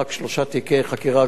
רק שלושה תיקי חקירה,